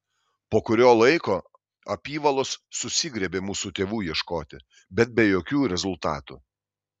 po kurio laiko apyvalos susigriebė mūsų tėvų ieškoti bet be jokių rezultatų